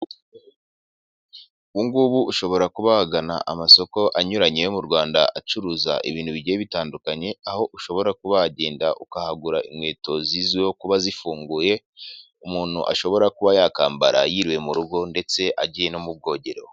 Ubu ngubu ushobora kuba wagana amasoko anyuranye yo mu Rwanda acuruza ibintu bigiye bitandukanye, aho ushobora kuba wagenda ukahagura inkweto zizwiho kuba zifunguye, umuntu ashobora kuba yakambara yiriwe mu rugo ndetse agiye no mu bwogero.